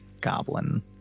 goblin